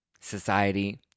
society